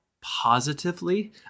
positively